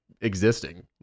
existing